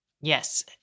Yes